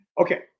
okay